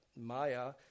Maya